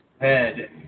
head